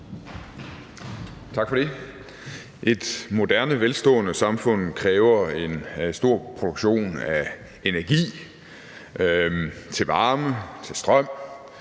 Tak for det. Et moderne velstående samfund kræver en stor portion energi til varme og til strøm,